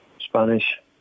Spanish